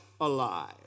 alive